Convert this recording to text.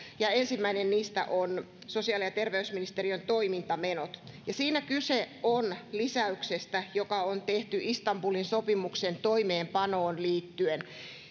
ensimmäinen niistä on sosiaali ja terveysministeriön toimintamenot siinä kyse on lisäyksestä joka on tehty istanbulin sopimuksen toimeenpanoon liittyen